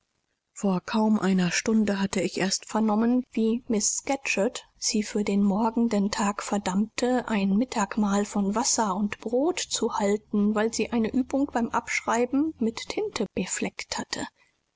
vor kaum einer stunde hatte ich erst vernommen wie miß scatcherd sie für den morgenden tag verdammte ein mittagmahl von wasser und brot zu halten weil sie eine übung beim abschreiben mit tinte befleckt hatte